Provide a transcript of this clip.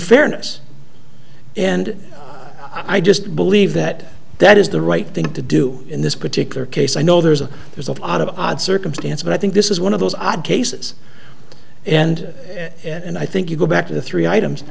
fairness and i just believe that that is the right thing to do in this particular case i know there's a there's a lot of odd circumstance but i think this is one of those odd cases and and i think you go back to the three items